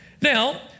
Now